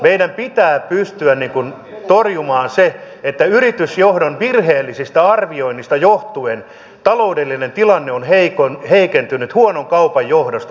meidän pitää pystyä torjumaan se että yritysjohdon virheellisistä arvioinneista johtuen taloudellinen tilanne on heikentynyt huonon kaupan johdosta